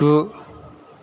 गु